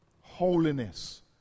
holiness